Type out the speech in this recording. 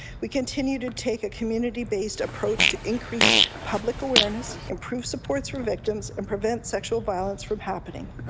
we continue to take a community-based approach to increase public awareness, improve support for victims and prevent sexual violence from happening.